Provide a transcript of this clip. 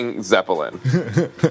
Zeppelin